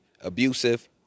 abusive